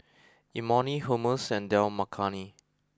Imoni Hummus and Dal Makhani